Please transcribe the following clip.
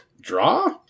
Draw